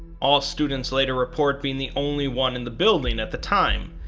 all students later report being the only one in the building at the time,